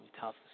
tough